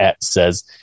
says